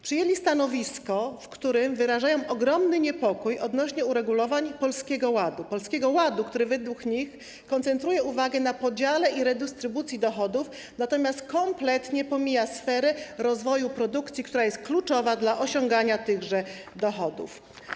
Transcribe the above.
Przyjęli oni stanowisko, w którym wyrażają ogromny niepokój odnośnie do uregulowań Polskiego Ładu, który według nich koncentruje uwagę na podziale i redystrybucji dochodów, natomiast kompletnie pomija sferę rozwoju produkcji, która jest kluczowa dla osiągania tychże dochodów.